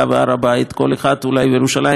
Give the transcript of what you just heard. כל אחד וירושלים המאוחדת שלו.